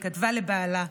היא כתבה לבעלה: